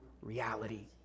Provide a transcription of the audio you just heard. reality